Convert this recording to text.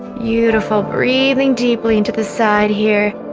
yeah beautiful breathing deeply into the side here,